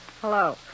Hello